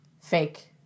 fake